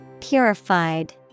Purified